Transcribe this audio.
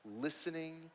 listening